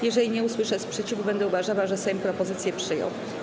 Jeżeli nie usłyszę sprzeciwu, będę uważała, że Sejm propozycje przyjął.